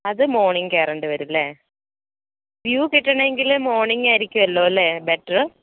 അത് മോണിംഗ് കയറണ്ട വരും ലെ വ്യൂ കിട്ടണമെങ്കിൽ മോണിംഗ് ആയിരിക്കുമല്ലോല്ലേ ബെറ്ററ്